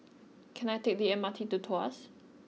can I take the M R T to Tuas